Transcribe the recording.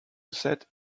set